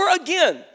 again